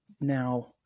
now